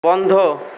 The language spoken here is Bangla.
বন্ধ